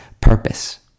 purpose